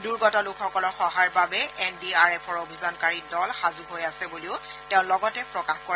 দুৰ্গত লোকসকলৰ সহায়ৰ বাবে এন ডি আৰ এফৰ অভিযানকাৰী দল সাজু হৈ আছে বুলিও তেওঁ লগতে প্ৰকাশ কৰে